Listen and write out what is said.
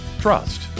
Trust